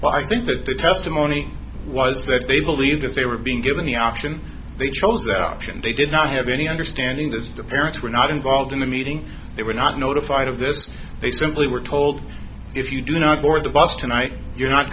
but i think that the testimony was that they believed that they were being given the option they chose that option they did not have any understanding as dependents were not involved in the meeting they were not notified of this they simply were told you if you do not board the bus tonight you're not